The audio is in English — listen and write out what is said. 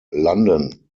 london